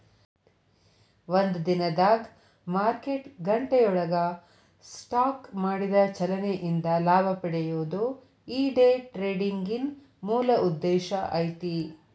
ಒಂದ ದಿನದಾಗ್ ಮಾರ್ಕೆಟ್ ಗಂಟೆಯೊಳಗ ಸ್ಟಾಕ್ ಮಾಡಿದ ಚಲನೆ ಇಂದ ಲಾಭ ಪಡೆಯೊದು ಈ ಡೆ ಟ್ರೆಡಿಂಗಿನ್ ಮೂಲ ಉದ್ದೇಶ ಐತಿ